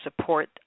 support